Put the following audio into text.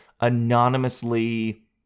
anonymously